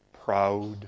proud